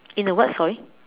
in the what sorry